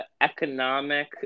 economic